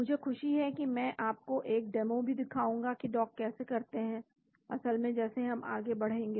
मुझे खुशी है कि मैं आपको एक डेमो भी दिखाऊंगा की डॉक कैसे करते हैं असल में जैसे हम आगे बढ़ेंगे